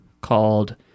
called